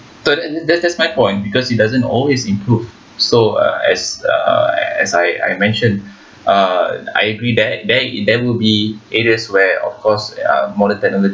th~ that's that's my point because it doesn't always improve so uh as err as I I mentioned uh I agree that there there will be it is where of course ya modern technology